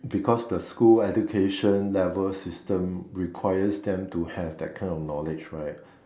because the school education level system requires them to have that kind of knowledge right